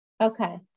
Okay